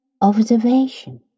observation